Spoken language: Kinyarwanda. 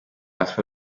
alpha